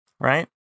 Right